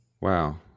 wow